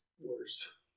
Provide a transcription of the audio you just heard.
worse